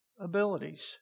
abilities